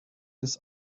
des